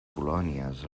colònies